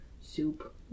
soup